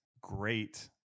great